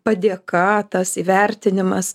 padėka tas įvertinimas